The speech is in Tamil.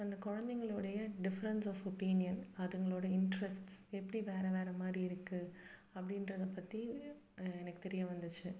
அந்த குழந்தைங்களோடைய டிஃப்ரன்ஸ் ஆஃப் ஒப்பீனியன் அதுங்களோட இன்ட்ரெஸ்ட்ஸ் எப்படி வேறு வேறு மாதிரி இருக்குது அப்படின்றத பற்றி எனக்கு தெரிய வந்துச்சு